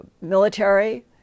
military